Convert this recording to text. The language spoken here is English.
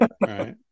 Right